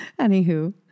Anywho